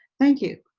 thank you.